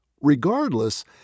Regardless